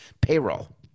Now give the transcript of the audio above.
payroll